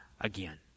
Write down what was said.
again